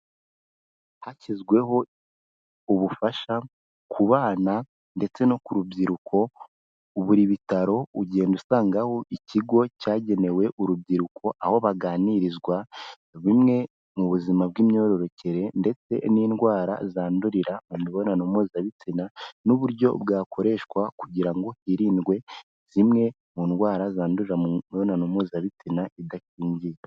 Hashyizweho ubufasha ku bana ndetse no ku rubyiruko, buri bitaro ugenda usangaho ikigo cyagenewe urubyiruko, aho baganirizwa bimwe mu buzima bw'imyororokere, ndetse n'indwara zandurira mu mibonano mpuzabitsina, n'uburyo bwakoreshwa kugira ngo hirindwe zimwe mu ndwara zandurira mu mibonano mpuzabitsina idakingiye.